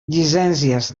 llicències